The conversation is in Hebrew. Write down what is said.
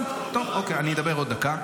טוב, אוקיי, אני אדבר עוד דקה.